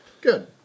Good